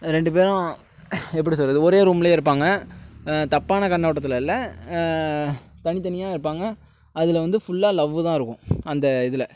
ரெண்டு பேரும் எப்படி சொல்வது ஒரே ரூம்லேயே இருப்பாங்க தப்பான கண்ணோட்டத்தில் இல்லை தனித்தனியாக இருப்பாங்க அதில் வந்து ஃபுல்லாக லவ்வுதான் இருக்கும் அந்த இதில்